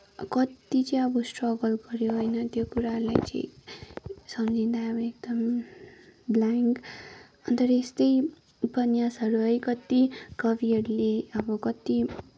कति चाहिँ अब स्ट्रगल गऱ्यो होइन त्यो कुराले चाहिँ सम्झिँदा अब एकदम ब्लाङ्क अनि त्यहाँबाट यस्तै उपन्यासहरू है कति कविहरूले अब कति